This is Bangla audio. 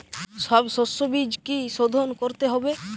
সব শষ্যবীজ কি সোধন করতে হবে?